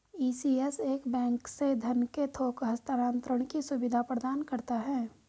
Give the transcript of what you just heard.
ECS एक bank से धन के थोक हस्तांतरण की सुविधा प्रदान करता है